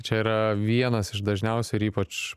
čia yra vienas iš dažniausiai ir ypač